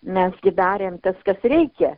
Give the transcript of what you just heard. mes gi darėm tas kas reikia